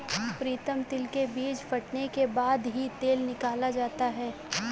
प्रीतम तिल के बीज फटने के बाद ही तेल निकाला जाता है